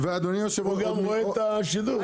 הוא גם רואה את השידור.